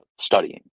studying